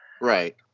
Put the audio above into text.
Right